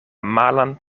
malan